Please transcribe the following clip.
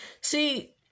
See